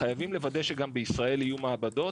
חייבים לוודא שגם בישראל יהיו מעבדות